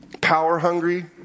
power-hungry